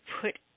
put